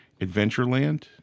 Adventureland